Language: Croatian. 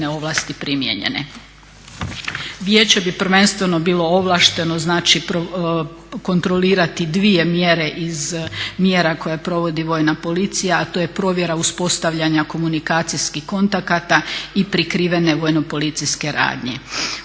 ovlasti primijenjene. Vijeće bi prvenstveno bilo ovlašteno znači kontrolirati dvije mjere iz mjera koje provodi Vojna policija, a to je provjera uspostavljanja komunikacijskih kontakata i prikrivene vojno policijske radnje.